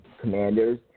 commanders